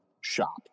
shop